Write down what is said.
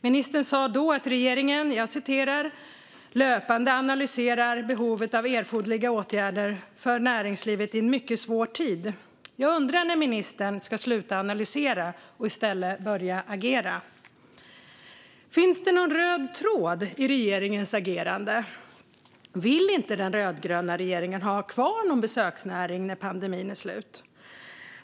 Ministern sa då att regeringen löpande analyserar behovet av erforderliga åtgärder för näringslivet i en mycket svår tid. Jag undrar när ministern ska sluta analysera och i stället börja agera. Finns det någon röd tråd i regeringens agerande? Vill inte den rödgröna regeringen ha kvar någon besöksnäring när pandemin är slut?